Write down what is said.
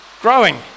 growing